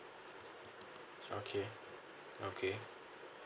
okay okay